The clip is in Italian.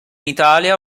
italia